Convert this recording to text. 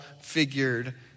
figured